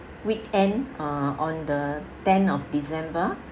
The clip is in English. weekend uh on the ten of december